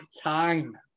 time